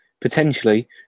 Potentially